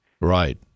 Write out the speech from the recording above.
Right